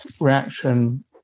reaction